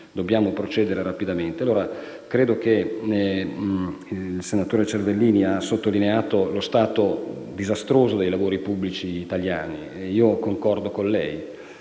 dobbiamo procedere rapidamente. Il senatore Cervellini ha sottolineato lo stato disastroso dei lavori pubblici italiani e io concordo con lui.